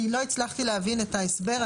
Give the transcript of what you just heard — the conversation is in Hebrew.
אני לא הצלחתי להבין את ההסבר,